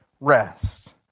rest